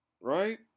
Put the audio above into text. Right